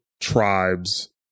tribes